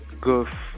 good